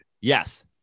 Yes